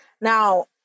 Now